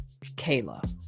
Kayla